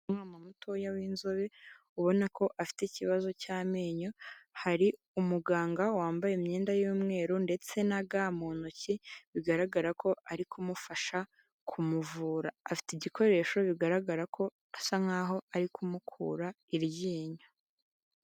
Umwana mutoya w'inzobe ubona ko afite ikibazo cy'amenyo hari umuganga wambaye imyenda y'umweru ndetse na ga mu ntoki bigaragara ko ari kumufasha kumuvura, afite ibikoresho bigaragara ko asa nkaho ari kumukura iryinyo.